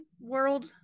world